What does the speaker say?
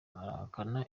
arahakana